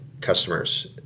customers